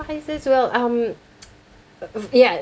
well um ya